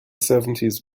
seventies